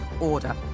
order